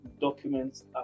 documents